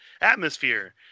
atmosphere